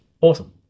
Awesome